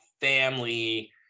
family